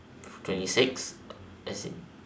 twenty six as in